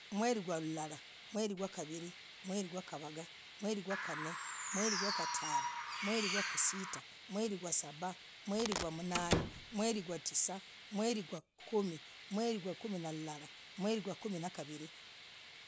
Mwerii gurulalah, mwerii ya gavirii mwerii gavagah. mwerii ya gakanee. mwerii ya gatanoo, mwerii ya sitah, mwerii ya sabah, mwerii ya mnane, mwerii ya tisah, mwerii kwakumi, mwerii kwakumi na mlalah, mwerii kwakumi na gavirii.